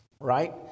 right